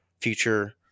future